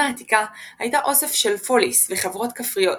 יוון העתיקה הייתה אוסף של פוליס וחברות כפריות,